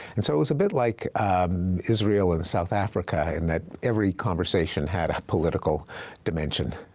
and so it was a bit like israel and south africa, in that every conversation had a political dimension.